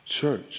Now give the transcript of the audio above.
church